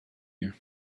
you